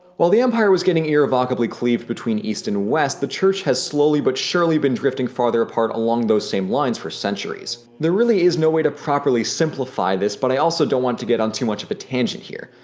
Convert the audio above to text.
while the empire was getting irrevocably cleaved between east and west, the church has slowly but surely been drifting farther apart along those same lines for centuries. there really is no way to properly simplify this, but i also don't want to get on too much of a tangent here.